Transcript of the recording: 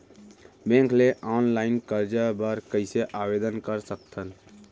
Bank ले online करजा बर कइसे आवेदन कर सकथन?